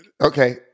okay